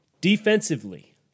Defensively